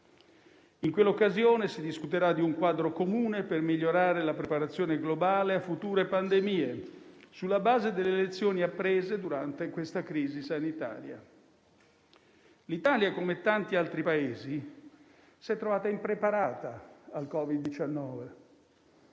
In quell'occasione si discuterà di un quadro comune per migliorare la preparazione globale a future pandemie sulla base delle lezioni apprese durante questa crisi sanitaria. L'Italia, come tanti altri Paesi, si è trovata impreparata all'arrivo